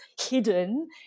hidden